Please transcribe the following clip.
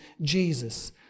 Jesus